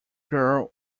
girl